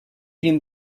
been